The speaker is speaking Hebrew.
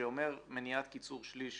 שאומר מניעת קיצור שליש